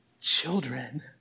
children